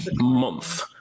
month